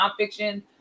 nonfiction